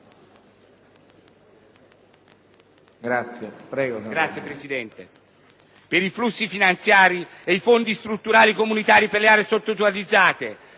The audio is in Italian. Grazie, Presidente.